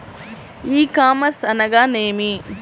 ఈ కామర్స్ అనగా నేమి?